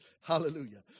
Hallelujah